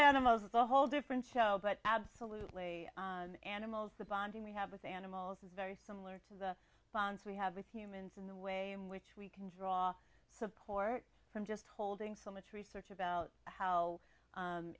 animals is a whole different show but absolutely animals the bonding we have with animals is very similar to the bonds we have with humans in the way in which we can draw support from just holding so much research about how